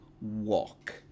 walk